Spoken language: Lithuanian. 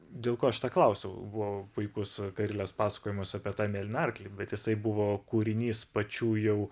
dėl ko aš to klausiau buvo puikus karilės pasakojimas apie tą mėlyną arklį bet jisai buvo kūrinys pačių jau